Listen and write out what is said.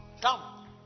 Come